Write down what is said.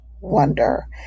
wonder